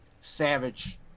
savage